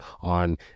on